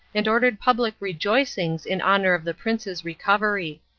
and ordered public rejoicings in honour of the prince's recovery.